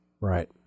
Right